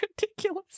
ridiculous